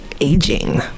aging